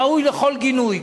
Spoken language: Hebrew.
ראוי לכל גינוי.